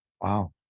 Wow